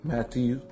Matthew